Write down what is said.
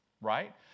right